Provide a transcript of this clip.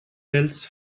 wells